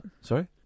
Sorry